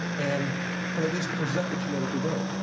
and can at least present that you know what you're doing.